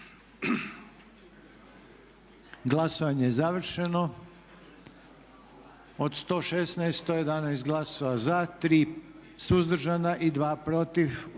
Glasovanje je završeno. 99 glasova za, 16 suzdržanih, 1 protiv.